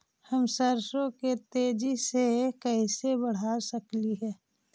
हम सरसों के तेजी से कैसे बढ़ा सक हिय?